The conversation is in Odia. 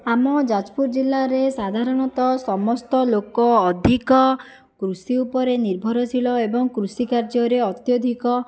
ଆମ ଯାଜପୁର ଜିଲ୍ଲାରେ ସାଧାରଣତଃ ସମସ୍ତ ଲୋକ ଅଧିକ କୃଷି ଉପରେ ନିର୍ଭରଶୀଳ ଏବଂ କୃଷିକାର୍ଯ୍ୟରେ ଅତ୍ୟଧିକ